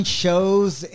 shows